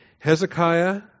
Hezekiah